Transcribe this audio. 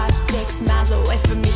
six miles away